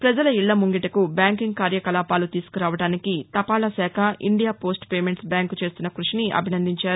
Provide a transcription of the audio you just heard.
ప్రపజల ఇళ్ల ముంగిటకు బ్యాంకింగ్ కార్యకలాపాలు తీసుకురావడానికి తపాలాశాఖ ఇండియా పోస్టు పేమెంట్స్ బ్యాంకు చేస్తున్న కృషిని అభినందించారు